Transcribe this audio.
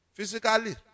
Physically